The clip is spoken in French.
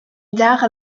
dar